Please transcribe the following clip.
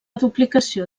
duplicació